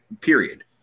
period –